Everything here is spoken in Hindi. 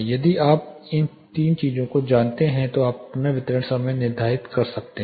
यदि आप इन तीन चीजों को जानते हैं तो आप पुनर्वितरणसमय निर्धारित कर सकते हैं